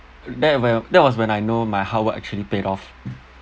that where that was when I know my hard work actually paid off